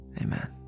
Amen